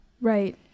right